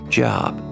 job